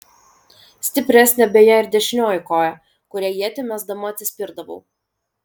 stipresnė beje ir dešinioji koja kuria ietį mesdama atsispirdavau